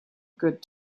good